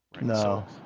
no